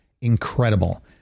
incredible